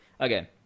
Okay